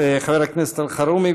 חבר הכנסת אלחרומי,